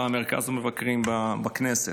במרכז המבקרים בכנסת.